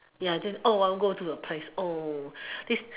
ya then I want to go to a